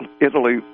Italy